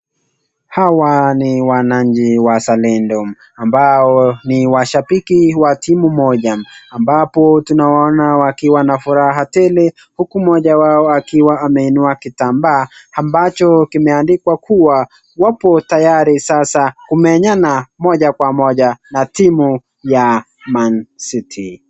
Hawa ni wananchi wazalendo ambao ni washabiki wa timu moja ambapo tunawaona wakiwa na furaha tele huku mmoja wao akiwa ameinua kitambaa ambacho kimeandikwa kuwa wapo tayari sasa kumenyana moja kwa moja na timu ya Man City.